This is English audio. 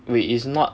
wait it's not